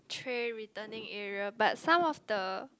tray returning area but some of the